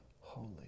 holy